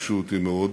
ריגשו אותי מאוד,